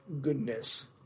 goodness